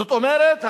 זאת אומרת,